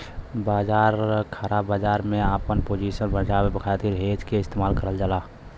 ख़राब बाजार में आपन पोजीशन बचावे खातिर हेज क इस्तेमाल करल जाला